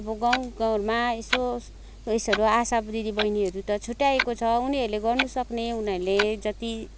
अब गाउँ घरमा यसो उयसहरू आशा दिदी बहिनीहरू त छुट्याएको छ उनीहरूले गर्नु सक्ने उनीहरूले जति